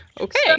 Okay